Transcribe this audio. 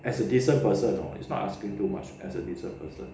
as a decent person hor it's not asking too much as a decent person